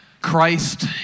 Christ